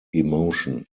emotion